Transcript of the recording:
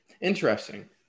Interesting